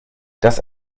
das